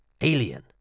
alien